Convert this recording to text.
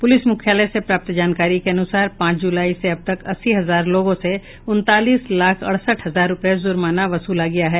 police मुख्यालय से प्राप्त जानकारी के अनुसार पांच जुलाई से अब तक अस्सी हजार लोगों से उनतालीस लाख अडसठ हजार रुपये जुर्माना वसूला गया है